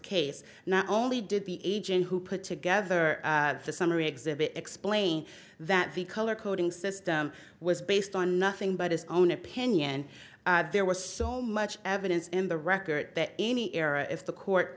case not only did the agent who put together the summary exhibit explain that the color coding system was based on nothing but his own opinion there was so much evidence in the record that any error if the court